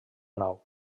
nau